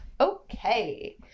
Okay